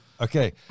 Okay